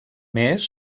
més